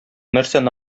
нәрсәне